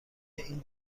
این